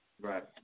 Right